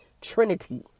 Trinity